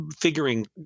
figuring